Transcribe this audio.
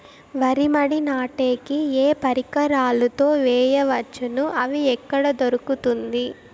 వరి మడి నాటే కి ఏ పరికరాలు తో వేయవచ్చును అవి ఎక్కడ దొరుకుతుంది?